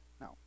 No